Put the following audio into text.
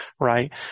right